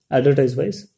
Advertise-wise